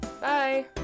Bye